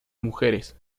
mujeres